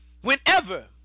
whenever